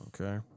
Okay